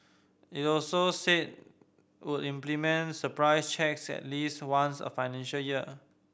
it also said would implement surprise checks at least once a financial year